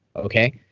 okay?